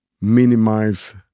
minimize